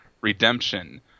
redemption